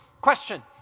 question